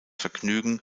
vergnügen